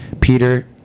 peter